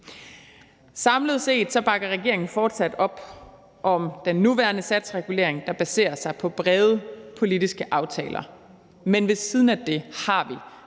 Samlet set bakker regeringen fortsat op om den nuværende satsregulering, der baserer sig på brede politiske aftaler. Men ved siden af det har vi